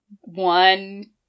One